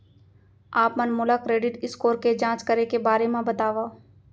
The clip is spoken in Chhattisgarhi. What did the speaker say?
आप मन मोला क्रेडिट स्कोर के जाँच करे के बारे म बतावव?